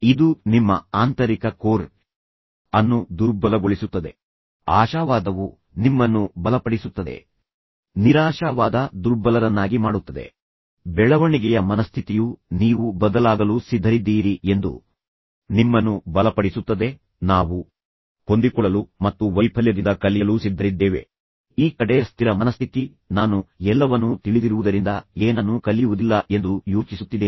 ಅವನು ನೀಡುವ ಉತ್ತರಗಳು ಶಿಲ್ಪಾಗೆ ನಿಜವಾಗಿಯೂ ಬಹಿರಂಗವಾಗುತ್ತವೆ ಏಕೆಂದರೆ ಎರಡೂ ಇವೆ ಒತ್ತಡವಿದೆ ಅಥವಾ ತುಂಬಾ ಕಿರಿಕಿರಿಯುಂಟುಮಾಡುವ ಏನಾದರೂ ಇದೆ ಎಂದು ಅವನು ಹಂಚಿಕೊಳ್ಳಬಾರದು ಎಂದು ಭಾವಿಸುತ್ತಾನೆ ಅದು ಆಕೆಗೆ ತುಂಬಾ ನೋವುಂಟು ಮಾಡಬಹುದು ಎಂದು ಅವನು ಯೋಚಿಸುತ್ತಾನೆ